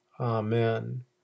Amen